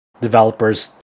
developers